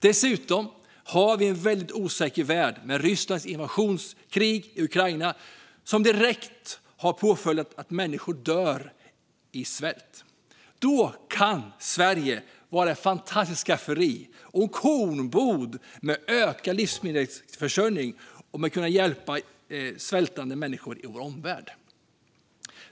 Dessutom har vi en väldigt osäker värld i och med Rysslands invasionskrig i Ukraina, vilket har den direkta följden att människor dör i svält. Sverige kan vara ett fantastiskt skafferi och en kornbod med hjälp av en ökad livsmedelsförsörjning, och då kan vi hjälpa svältande människor i vår omvärld.